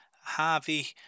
Harvey